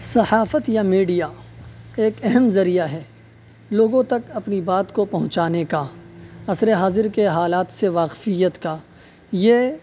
صحافت یا میڈیا ایک اہم ذریعہ ہے لوگوں تک اپنی بات کو پہنچانے کا عصر حاضر کے حالات سے واقفیت کا یہ